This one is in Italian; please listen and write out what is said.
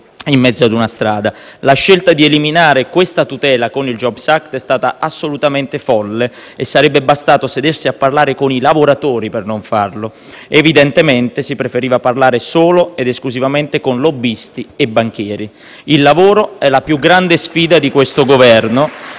in mezzo ad una strada. La scelta di eliminare questa tutela con il *jobs act* è stata assolutamente folle e sarebbe bastato sedersi a parlare con i lavoratori per non farlo; evidentemente, si preferiva parlare solo ed esclusivamente con lobbisti e banchieri. *(Applausi dai Gruppi M5S e